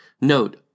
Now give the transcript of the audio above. Note